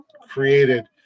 created